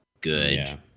good